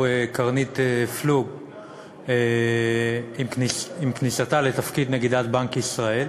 קרנית פלוג עם כניסתה לתפקיד נגידת בנק ישראל,